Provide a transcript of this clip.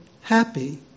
happy